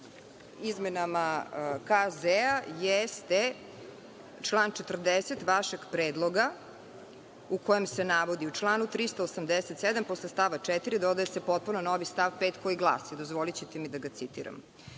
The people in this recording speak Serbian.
zakonika jeste član 40. vašeg predloga u kojem se navodi u članu 387. posle stava 4. dodaje se potpuno novi stav 5. koji glasi, dozvolićete mi da ga citiram